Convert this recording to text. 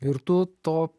ir tu to